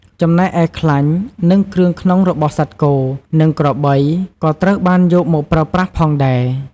ចំណែកឯខ្លាញ់ និងគ្រឿងក្នុងរបស់សត្វគោ និងក្របីក៏ត្រូវបានយកមកប្រើប្រាស់ផងដែរ។